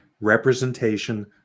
representation